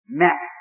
mess